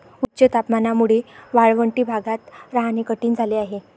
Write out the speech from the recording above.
उच्च तापमानामुळे वाळवंटी भागात राहणे कठीण झाले आहे